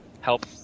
Help